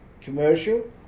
commercial